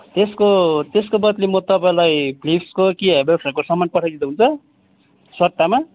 त्यसको त्यसको बद्ली म तपाईँलाई फिलिप्सको कि हेवेल्सहरूको सामान पठाइ दिँदा हुन्छ सट्टामा